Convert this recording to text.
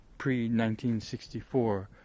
pre-1964